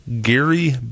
Gary